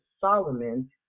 Solomon